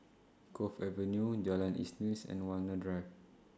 Cove Avenue Jalan Isnin's and Walmer Drive